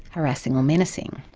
harassing or menacing.